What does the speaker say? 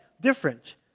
different